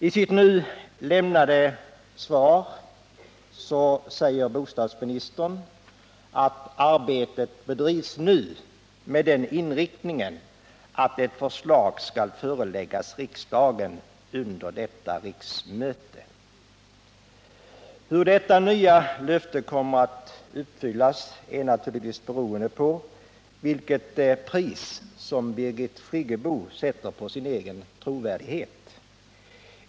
I sitt nu lämnade svar säger bostadsministern: ”Arbetet bedrivs nu med den inriktningen att ett förslag skall föreläggas riksdagen under detta riksmöte.” Hur detta nya löfte kommer att uppfyllas är naturligtvis beroende av vilket pris Birgit Friggebo sätter på sin egen trovärdighet.